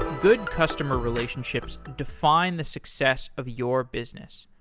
good customer relationships define the success of your business.